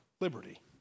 liberty